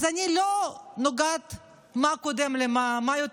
אז אני לא נוגעת במה קודם למה,